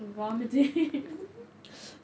vomiting pl